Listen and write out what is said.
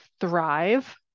thrive